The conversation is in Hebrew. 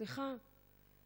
סליחה,